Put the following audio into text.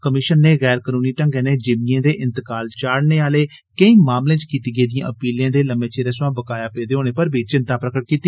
commission नै गैर कनूनी ढ़ंगै नै जिमीए दे इन्तकाल चाढ़ने आले केंई मामले च कीती गेदिए अपीलें दे लम्मे चिरै थमां बकाया पेदे होने पर बी चिन्ता प्रगट कीती